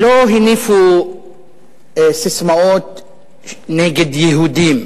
לא הניפו ססמאות נגד יהודים,